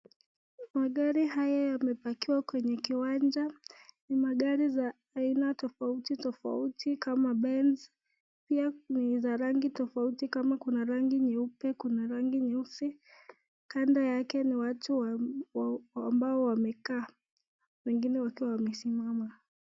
Magari haya yamepakiwa kwenye kiwanja. Ni magari za aina tofauti tofauti kama Benz. Pia kuna za rangi tofauti, kama kuna rangi nyeupe, kuna rangi nyeusi. Kando yake ni watu wawili ambao wamekaa, wengine wakiwa wamesimama.